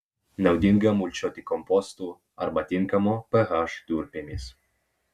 naudinga mulčiuoti kompostu arba tinkamo ph durpėmis